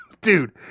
Dude